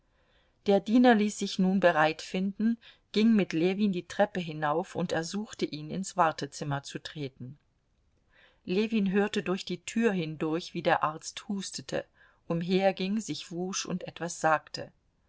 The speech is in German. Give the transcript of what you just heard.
der diener ließ sich nun bereit finden ging mit ljewin die treppe hinauf und ersuchte ihn ins wartezimmer zu treten ljewin hörte durch die tür hindurch wie der arzt hustete umherging sich wusch und etwas sagte